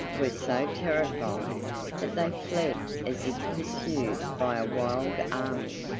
were so terrified that they fled as if pursued by a wild army,